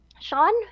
Sean